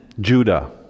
Judah